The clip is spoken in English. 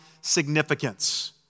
significance